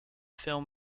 film